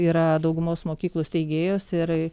yra daugumos mokyklų steigėjos ir